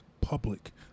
public